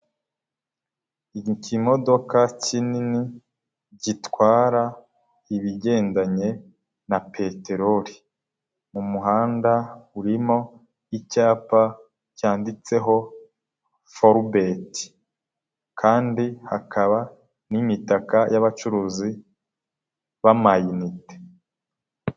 Ikimodoka kinini gitwara ibigendanye na peteroli, mu muhanda urimo icyapa cyanditseho Forbet, kandi hakaba n'imitaka y'abacuruzi b'amayinite.